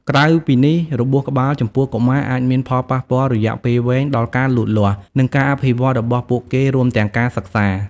ក្រៅពីនេះ របួសក្បាលចំពោះកុមារអាចមានផលប៉ះពាល់រយៈពេលវែងដល់ការលូតលាស់ និងការអភិវឌ្ឍរបស់ពួកគេ រួមទាំងការសិក្សា។